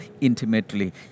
intimately